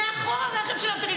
מאחורה רכב של מאבטחים,